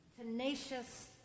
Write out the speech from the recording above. tenacious